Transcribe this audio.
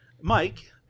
Mike